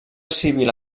civil